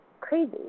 crazy